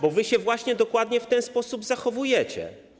Bo wy się właśnie dokładnie w ten sposób zachowujecie.